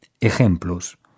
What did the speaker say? Ejemplos